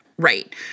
Right